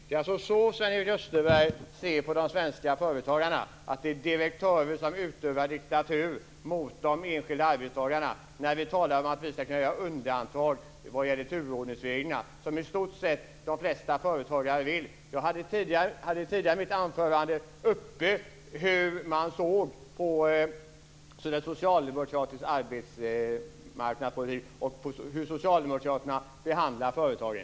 Det är alltså så Sven-Erik Österberg ser på de svenska företagarna - som direktörer som utövar diktatur mot de enskilda arbetstagarna - när vi talar om att man ska kunna göra undantag från turordningsreglerna, vilket i stort sett de flesta företagare vill. Jag tog i mitt anförande upp hur man såg på socialdemokratisk arbetsmarknadspolitik och hur socialdemokraterna behandlar företagen.